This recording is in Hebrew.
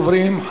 ראשון הדוברים,